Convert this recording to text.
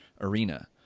arena